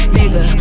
nigga